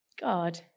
God